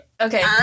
okay